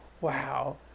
Wow